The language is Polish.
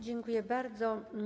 Dziękuję bardzo.